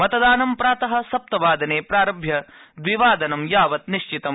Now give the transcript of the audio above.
मतदानं प्रात सप्तवादने प्रारभ्य द्विवादन यावत् निश्चितम्